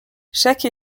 chaque